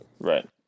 Right